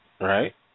Right